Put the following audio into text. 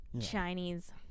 chinese